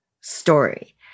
story